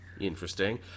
interesting